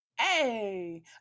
Hey